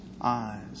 eyes